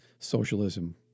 socialism